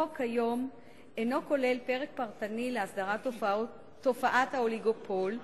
החוק כיום אינו כולל פרק פרטני להסדרת תופעת האוליגופול,